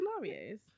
scenarios